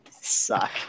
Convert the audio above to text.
Suck